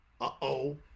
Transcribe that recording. Uh-oh